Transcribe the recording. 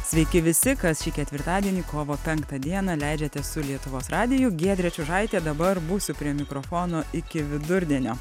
sveiki visi kas šį ketvirtadienį kovo penktą dieną leidžiate su lietuvos radiju giedrė čiužaitė dabar būsiu prie mikrofono iki vidurdienio